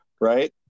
right